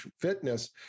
fitness